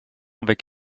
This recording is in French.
avec